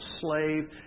slave